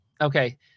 Okay